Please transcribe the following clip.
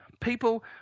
people